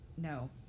No